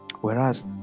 Whereas